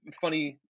funny